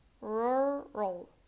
rural